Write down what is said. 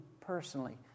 personally